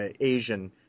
Asian